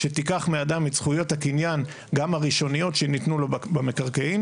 שתיקח מאדם את זכויות הקניין גם הראשונות שניתנו לו במקרקעין